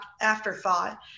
afterthought